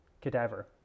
cadaver